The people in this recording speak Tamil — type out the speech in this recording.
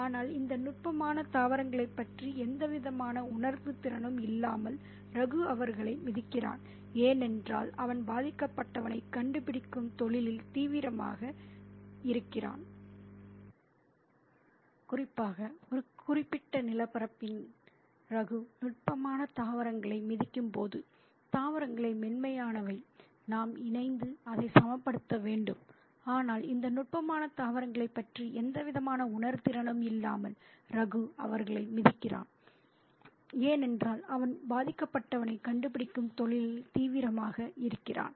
ஆனால் இந்த நுட்பமான தாவரங்களைப் பற்றி எந்தவிதமான உணர்திறனும் இல்லாமல் ரகு அவர்களை மிதிக்கிறான் ஏனென்றால் அவன் பாதிக்கப்பட்டவனைக் கண்டுபிடிக்கும் தொழிலில் தீவிரமாக இருக்கிறான்